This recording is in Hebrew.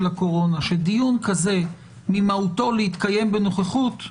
הקורונה שדיון כזה ממהותו להתקיים בנוכחות,